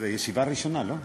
זאת ישיבה ראשונה, לא?